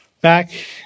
Back